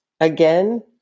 again